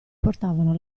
portavano